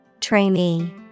Trainee